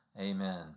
Amen